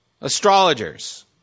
astrologers